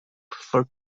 for